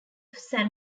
san